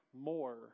more